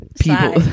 people